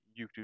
YouTube